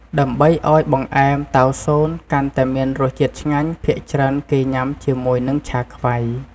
ដើម្បីឱ្យបង្អេម តៅស៊ន កាន់តែមានរសជាតិឆ្ងាញ់ ភាគច្រើនគេញុាំជាមួយនឹង ចាខ្វៃ។